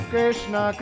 Krishna